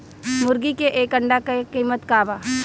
मुर्गी के एक अंडा के कीमत का बा?